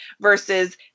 versus